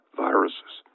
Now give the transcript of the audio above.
viruses